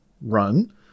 run